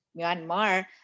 Myanmar